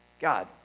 God